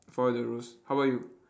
follow the rules how about you